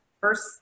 first